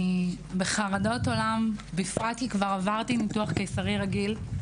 אני בחרדות, בפרט שעברתי ניתוח קיסרי רגיל.